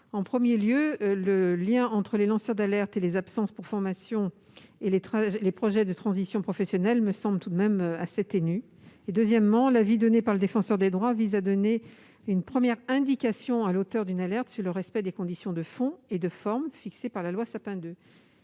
Premièrement, le lien entre les lanceurs d'alerte, les absences pour formation et les projets de transition professionnelle me semble assez ténu. Deuxièmement, l'avis rendu par le Défenseur des droits vise à donner une première indication à l'auteur d'une alerte sur le respect des conditions de fond et de forme fixées par la loi Sapin